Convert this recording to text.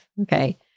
okay